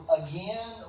again